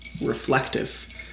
reflective